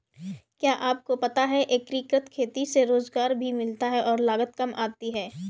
क्या आपको पता है एकीकृत खेती से रोजगार भी मिलता है और लागत काम आती है?